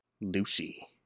Lucy